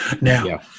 Now